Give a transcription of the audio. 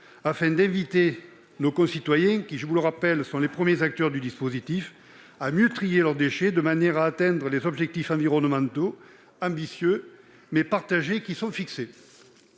afin d'inviter nos concitoyens, premiers acteurs du dispositif, à mieux trier leurs déchets, de manière à atteindre les objectifs environnementaux ambitieux, mais partagés, qui sont fixés.